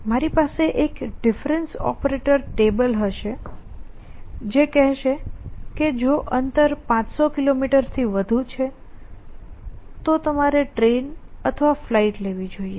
મારી પાસે એક ડિફરેન્સ ઓપરેટર ટેબલ હશે જે કહેશે કે જો અંતર 500 કિલોમીટરથી વધુ છે તો તમારે ટ્રેન અથવા ફ્લાઇટ લેવી જોઇએ